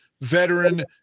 veteran